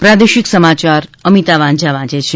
પ્રાદેશિક સમાચાર અમિતા વાંઝા વાંચે છે